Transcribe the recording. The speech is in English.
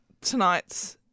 tonight's